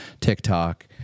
TikTok